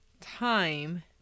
time